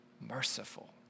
merciful